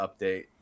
update